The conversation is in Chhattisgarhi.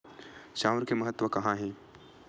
चांउर के महत्व कहां हे?